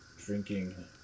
drinking